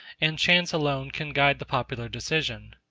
and chance alone can guide the popular decision.